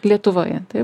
lietuvoje taip